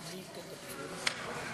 מי ייתן את הפיצוי הזה?